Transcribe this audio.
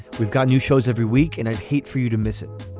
we've got new shows every week and i'd hate for you to miss it.